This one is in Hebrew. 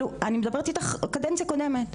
אני מדברת איתך על קדנציה קודמת,